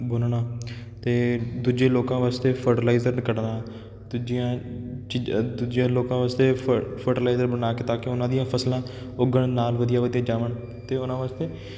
ਬੁਣਨਾ ਅਤੇ ਦੂਜੇ ਲੋਕਾਂ ਵਾਸਤੇ ਫਟਲਾਇਜ਼ਰ ਕੱਢਣਾ ਤੀਜੀਆਂ ਚੀ ਦੂਜਿਆਂ ਲੋਕਾਂ ਵਾਸਤੇ ਫਟ ਫਟਲਾਇਜ਼ਰ ਬਣਾ ਕੇ ਤਾਂ ਕਿ ਉਹਨਾਂ ਦੀਆਂ ਫਸਲਾਂ ਉੱਗਣ ਨਾਲ ਵਧੀਆ ਵਧੀਆ ਜਾਵਣ ਅਤੇ ਉਹਨਾਂ ਵਾਸਤੇ